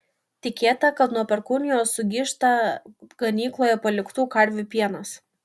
tikėta kad nuo perkūnijos sugyžta ganykloje paliktų karvių pienas